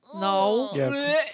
No